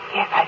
Yes